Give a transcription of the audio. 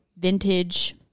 Vintage